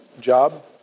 job